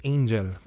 Angel